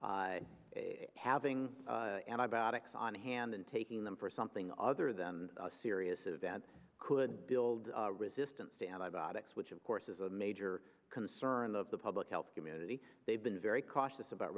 having and i bow ticks on hand and taking them for something other than a serious event could build resistance to antibiotics which of course is a major concern of the public health community they've been very cautious about